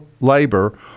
labor